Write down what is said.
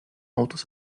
autos